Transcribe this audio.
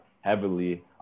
heavily